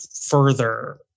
further